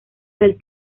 del